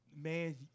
man